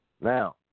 Now